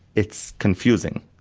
it's confusing.